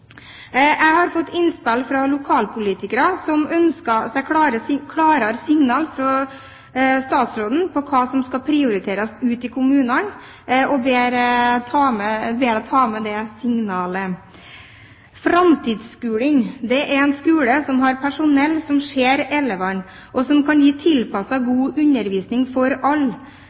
Jeg har fått innspill fra lokalpolitikere som ønsker seg klarere signaler fra statsråden om hva som skal prioriteres ute i kommunene, og ber henne ta med seg det innspillet. Framtidsskolen er en skole som har personell som ser elevene, og som kan gi tilpasset, god undervisning for